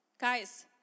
Guys